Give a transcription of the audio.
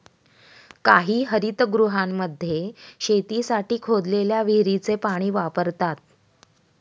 काही हरितगृहांमध्ये शेतीसाठी खोदलेल्या विहिरीचे पाणी वापरतात